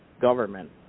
government